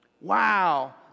Wow